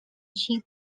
cheap